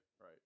right